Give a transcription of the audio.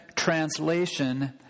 translation